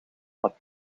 van